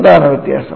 അതാണ് വ്യത്യാസം